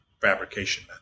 fabrication